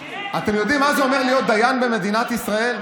אתם יודעים מה זה אומר להיות דיין במדינת ישראל?